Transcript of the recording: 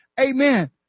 amen